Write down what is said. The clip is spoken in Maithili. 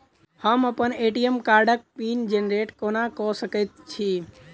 हम अप्पन ए.टी.एम कार्डक पिन जेनरेट कोना कऽ सकैत छी?